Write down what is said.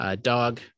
dog